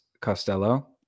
Costello